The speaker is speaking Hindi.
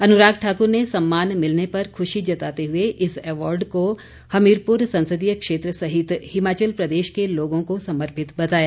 अनुराग ठाक्र ने सम्मान मिलने पर खूशी जताते हए इस अवार्ड को हमीरपुर संसदीय क्षेत्र सहित हिमाचल प्रदेश के लोगों को समर्पित बताया